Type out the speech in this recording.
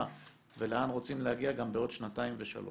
ולאן רוצים להגיע בעוד שנתיים ושלוש.